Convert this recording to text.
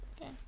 Okay